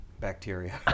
bacteria